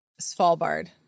Svalbard